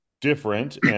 different